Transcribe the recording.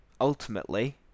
ultimately